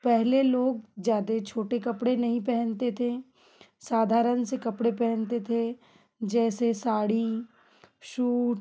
पहले लोग ज़्यादे छोटे कपड़े नहीं पहनते थे साधारण से कपड़े पहनते थे जैसे साड़ी सूट